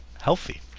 healthy